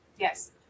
Yes